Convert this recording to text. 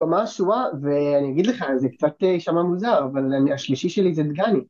ואני אגיד לך, זה קצת יישמע מוזר, אבל השלישי שלי זה דגני